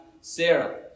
Sarah